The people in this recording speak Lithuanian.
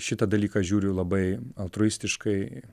šitą dalyką žiūriu labai altruistiškai